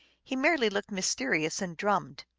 he merely looked mysterious and drummed.